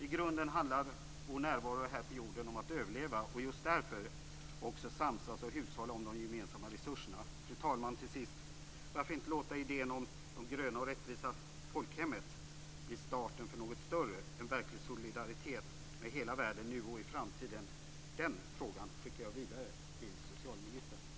I grunden handlar vår närvaro här på jorden om att överleva och just därför samsas om och hushålla med de gemensamma resurserna. Fru talman! till sist: Varför inte låta idén om det gröna och rättvisa folkhemmet bli starten för något större, för en verklig solidaritet med hela världen nu och i framtiden? Den frågan skickar jag vidare till socialministern.